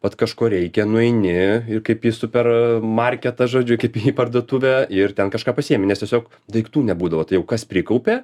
vat kažko reikia nueini ir kaip į super marketą žodžiu kaip į parduotuvę ir ten kažką pasiemi nes tiesiog daiktų nebūdavo tai jau kas prikaupė